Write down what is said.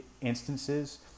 instances